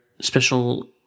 special